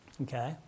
Okay